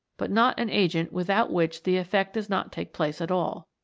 but not an agent without which the effect does not take place at all.